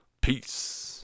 Peace